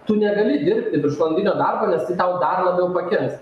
tu negali dirbti viršvalandinio darbo nes tai tau dar labiau pakenks